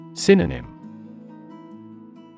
Synonym